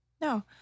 No